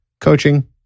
coaching